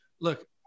look